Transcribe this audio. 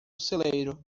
celeiro